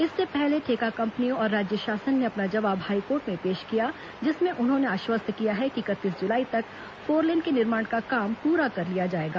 इससे पहले ठेका कंपनियों और राज्य शासन ने अपना जवाब हाईकोर्ट में पेश किया जिसमें उन्होंने आश्वस्त किया है कि इकतीस जुलाई तक फोरलेन के निर्माण का काम पूरा कर लिया जाएगा